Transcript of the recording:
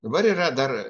dabar yra dar